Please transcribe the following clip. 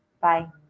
Bye